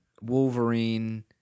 Wolverine